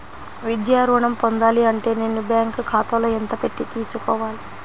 విద్యా ఋణం పొందాలి అంటే నేను బ్యాంకు ఖాతాలో ఎంత పెట్టి తీసుకోవాలి?